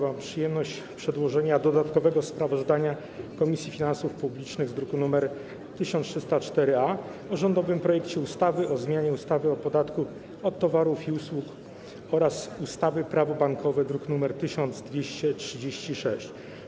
Mam przyjemność przedłożyć dodatkowe sprawozdanie Komisji Finansów Publicznych z druku nr 1304-A o rządowym projekcie ustawy o zmianie ustawy o podatku od towarów i usług oraz ustawy - Prawo bankowe, druk nr 1236.